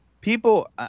people